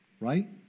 right